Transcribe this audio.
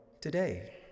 today